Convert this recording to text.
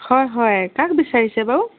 হয় হয় কাক বিচাৰিছে বাৰু